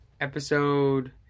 episode